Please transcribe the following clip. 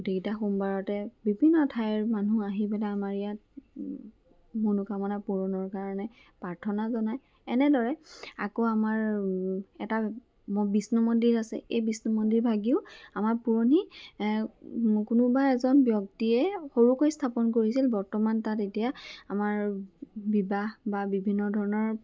গোটেইকেইটা সোমবাৰতে বিভিন্ন ঠাইৰ মানুহ আহি পেলাই আমাৰ ইয়াত মনোকামনা পূৰণৰ কাৰণে প্ৰাৰ্থনা জনায় এনেদৰে আকৌ আমাৰ এটা বিষ্ণু মন্দিৰ আছে এই বিষ্ণু মন্দিৰভাগিও আমাৰ পুৰণি কোনোবা এজন ব্যক্তিয়ে সৰুকৈ স্থাপন কৰিছিল বৰ্তমান তাত এতিয়া আমাৰ বিবাহ বা বিভিন্ন ধৰণৰ